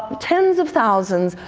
tens of thousands,